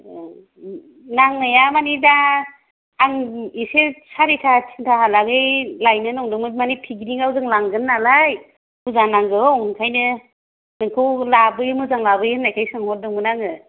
औ नांनाया माने दा आं एसे सारिता थिनता हालागै लायनो नंदोंमोन माने पिकनिकआव जों लांगोन नालाय बुरजा नांगौ ओंखायनो नोंखौ बे मोजां लाबोयो होननायखाय सोंहरदोंमोन आङो